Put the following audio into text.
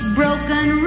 broken